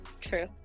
True